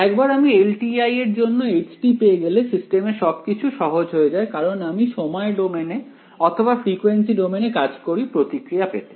একবার আমি এলটিআই এর জন্য h পেয়ে গেলে সিস্টেমের সবকিছু সহজ হয়ে যায় কারণ আমি সময় ডোমেইনে অথবা ফ্রিকোয়েন্সি ডোমেইনে কাজ করি প্রতিক্রিয়া পেতে